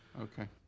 Okay